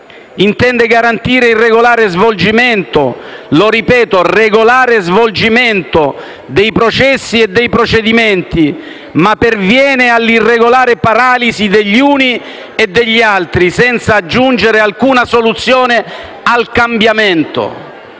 intende garantire il regolare svolgimento (lo ripeto: regolare svolgimento!) dei processi e dei procedimenti, ma perviene all'irregolare paralisi degli uni e degli altri, senza aggiungere alcuna soluzione al cambiamento,